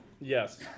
Yes